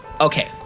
Okay